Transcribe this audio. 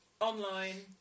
online